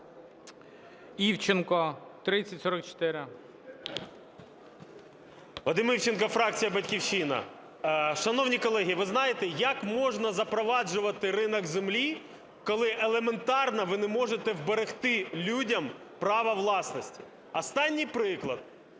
ІВЧЕНКО В.Є. Вадим Івченко, фракція "Батьківщина". Шановні колеги, ви знаєте, як можна запроваджувати ринок землі, коли елементарно ви не можете вберегти людям право власності? Останній приклад.